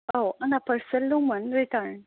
औ आंना पार्सेल दंमोन रिटार्न